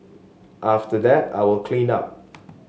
after that I will clean up